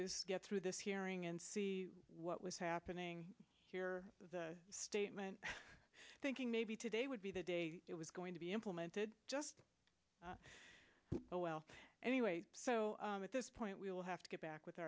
is get through this hearing and see what was happening here the statement thinking maybe today would be the day it was going to be implemented just oh well anyway so at this point we will have to get back with